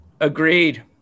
Agreed